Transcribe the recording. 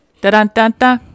Da-da-da-da